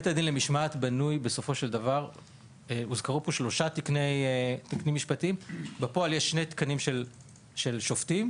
בית הדין למשמעת מורכב משני תקנים של שופטים